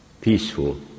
peaceful